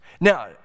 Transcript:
Now